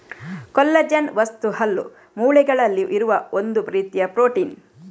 collagen ವಸ್ತು ಹಲ್ಲು, ಮೂಳೆಗಳಲ್ಲಿ ಇರುವ ಒಂದು ರೀತಿಯ ಪ್ರೊಟೀನ್